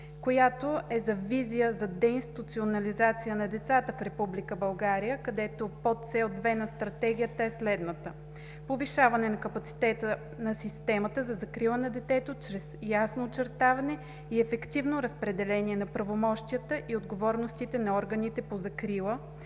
която е за визия за деинституционализация на децата в Република България, където подцел 2 на Стратегията е следната: Повишаване на капацитета на системата за закрила на детето чрез ясно очертаване и ефективно разпределение на правомощията и отговорностите на органите по закрила,